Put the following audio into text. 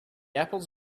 apples